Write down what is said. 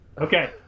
Okay